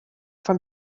from